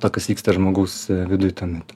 to kas vyksta žmogaus viduj tuo metu